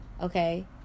Okay